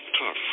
tough